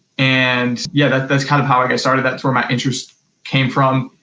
and, yeah, that's that's kind of how i got started, that's where my interest came from,